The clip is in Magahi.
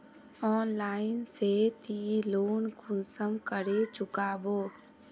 ऑनलाइन से ती लोन कुंसम करे चुकाबो?